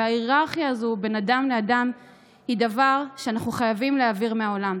וההיררכיה הזו בין אדם לאדם היא דבר שאנחנו חייבים להעביר מהעולם.